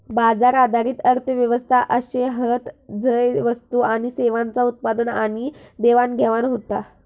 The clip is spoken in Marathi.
बाजार आधारित अर्थ व्यवस्था अशे हत झय वस्तू आणि सेवांचा उत्पादन आणि देवाणघेवाण होता